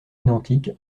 identique